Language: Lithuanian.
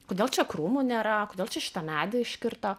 kodėl čia krūmų nėra kodėl čia šitą medį iškirto